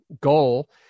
goal